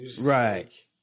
Right